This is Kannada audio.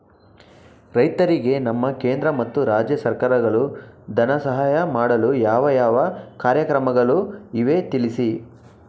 ರೈತರಿಗೆ ನಮ್ಮ ಕೇಂದ್ರ ಮತ್ತು ರಾಜ್ಯ ಸರ್ಕಾರಗಳು ಧನ ಸಹಾಯ ಮಾಡಲು ಯಾವ ಯಾವ ಕಾರ್ಯಕ್ರಮಗಳು ಇವೆ ತಿಳಿಸಿ?